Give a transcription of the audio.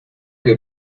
que